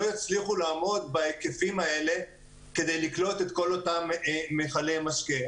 יצליחו לעמוד בהיקפים האלה כדי לקלוט את כל אותם מיכלי משקה.